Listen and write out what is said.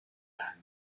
land